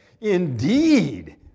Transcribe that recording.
Indeed